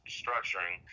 structuring